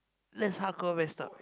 that's hardcore messed up